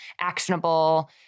actionable